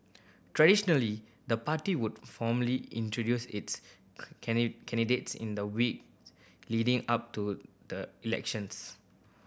traditionally the party would formally introduce its candidates in the week leading up to the elections